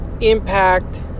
impact